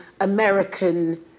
American